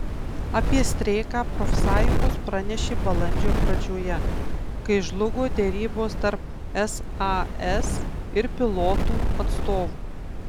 apie streiką profsąjungos pranešė balandžio pradžioje kai žlugo derybos tarp sas ir pilotų atstovų